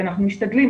ואנחנו משתדלים,